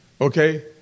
okay